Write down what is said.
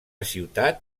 ciutat